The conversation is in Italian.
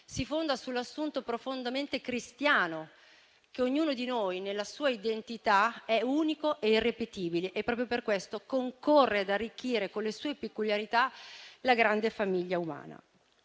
si fonda sull'assunto, profondamente cristiano, che ognuno di noi, nella sua identità, è unico e irripetibile e che proprio per questo concorre ad arricchire, con le sue peculiarità, la grande famiglia umana.